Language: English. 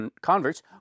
converts